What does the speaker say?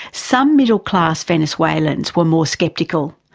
some middle-class venezuelans were more sceptical.